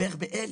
בערך ב-1,000.